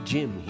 Jim